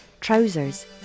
Trousers